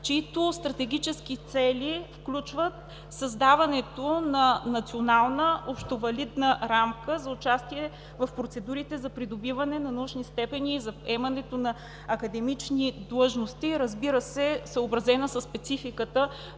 чиито стратегически цели включват създаването на национална общовалидна рамка за участие в процедурите за придобиване на научни степени и за приемането на академични длъжности, разбира се, съобразена със спецификата